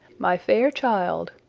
my fair child,